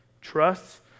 trusts